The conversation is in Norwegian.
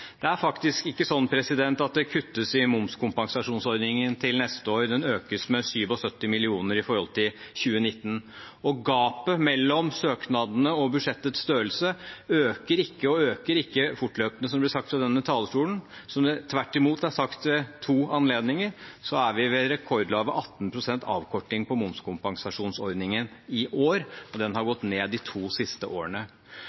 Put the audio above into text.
Det er faktisk ikke slik at det kuttes i momskompensasjonsordningen til neste år – den økes med 77 mill. kr i forhold til 2019, og gapet mellom søknadene og budsjettets størrelse øker ikke, og øker ikke fortløpende, som det ble sagt fra denne talerstolen. Som det tvert imot er sagt ved to anledninger, er vi ved rekordlave 18 pst. avkorting på momskompensasjonsordningen i år, og den har